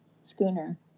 schooner